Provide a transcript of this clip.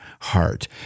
heart